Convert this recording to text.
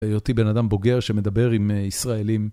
הייתי בן אדם בוגר שמדבר עם ישראלים.